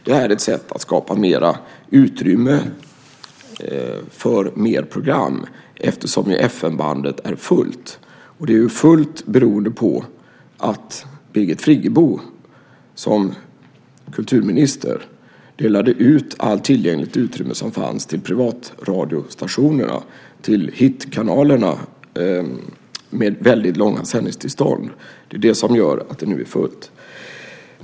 Det är ett sätt att skapa mer utrymme för mer program, eftersom ju FM-bandet är fullt. Det är fullt beroende på att Birgit Friggebo som kulturminister delade ut allt tillgängligt utrymme som fanns till privatradiostationerna, till hitkanalerna, med väldigt långa sändningstillstånd. Det är vad som gör att det nu är fullt.